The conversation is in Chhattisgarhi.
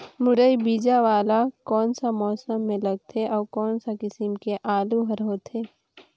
मुरई बीजा वाला कोन सा मौसम म लगथे अउ कोन सा किसम के आलू हर होथे?